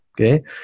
Okay